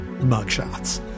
mugshots